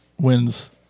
wins